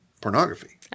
pornography